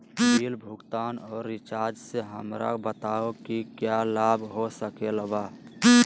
Bill भुगतान और recharge से हमरा बताओ कि क्या लाभ हो सकल बा?